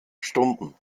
stunden